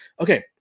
okay